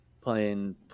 playing